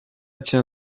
cię